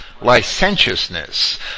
licentiousness